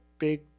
big